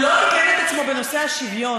הוא לא תיקן את עצמו בנושא השוויון.